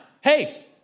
Hey